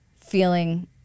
feeling